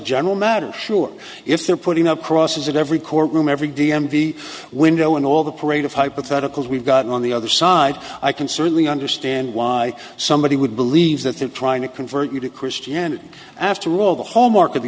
general matter sure if they're putting up crosses in every courtroom every d m v window and all the parade of hypotheticals we've got on the other side i can certainly understand why somebody would believe is that they're trying to convert you to christianity after all the hallmark